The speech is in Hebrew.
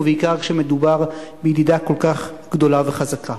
ובעיקר כשמדובר בידידה כל כך גדולה וחזקה.